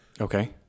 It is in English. Okay